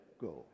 go